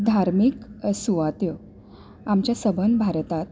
धार्मीक सुवात्यो आमच्या सबंद भारतांत